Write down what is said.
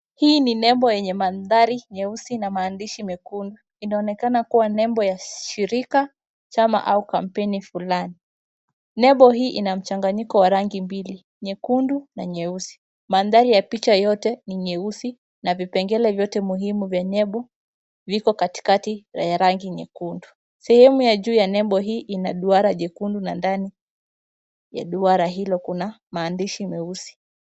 Hii ni nembo yenye mandhari nyeusi na maandishi mekundu. Inaonekana kuwa nembo ya shirika, chama ama kampeni fulani. Nembo hii ina mchanganyiko wa rangi mbili, nyekundu na nyeusi. Mandhari ya picha yote ni nyeusi na vipengele vyote muhimu vya nembo viko katikati vya rangi nyekundu. Sehemu ya juu ya nembo hii ina duara jekundu na ndani ya duara hilo kuna maandishi meusi.